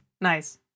Nice